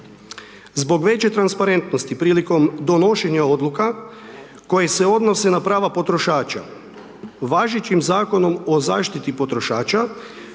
Zbog veće transparentnosti prilikom donošenje odluka, koje se odnose na prava potrošača, važećim Zakonom o zaštiti potrošača,